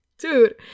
dude